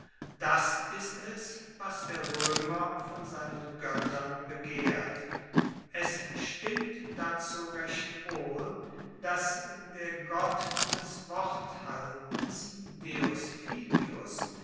das ist es was der roemer von seinen goettern begehrt es stimmt dazu recht wohl dass der gott des worthaltens